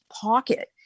pocket